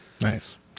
Nice